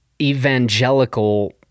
evangelical